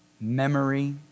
memory